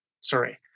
Sorry